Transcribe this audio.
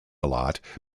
lot